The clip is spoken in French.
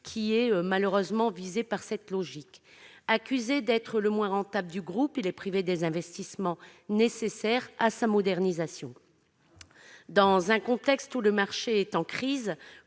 qui est malheureusement visé par cette logique. Accusé d'être le moins rentable du groupe, il est privé des investissements nécessaires à sa modernisation. Dans un contexte où le marché est en crise,